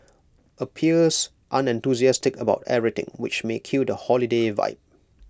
appears unenthusiastic about everything which may kill the holiday vibe